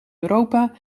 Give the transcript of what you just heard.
europa